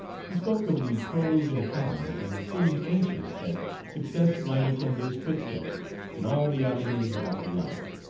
he spoke of the pros and cons, and seemed anxious that success might attend his footsteps in all the avenues of army life.